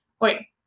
wait